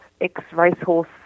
ex-racehorse